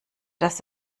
dass